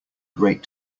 great